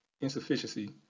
insufficiency